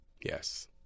Yes